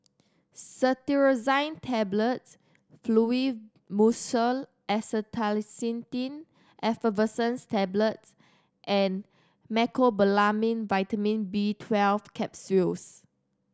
Cetirizine Tablets Fluimucil Acetylcysteine Effervescent Tablets and Mecobalamin Vitamin B Twelve Capsules